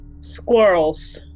Squirrels